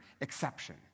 exception